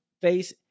face